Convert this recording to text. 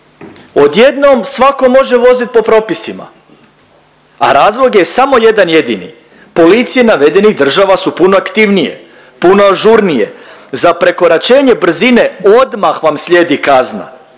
Odjednom svako može voziti po propisima, a razlog je samo jedan jedini, policije navedenih država su puno aktivnije, puno ažurnije. Za prekoračenje brzine odmah vam slijedi kazna.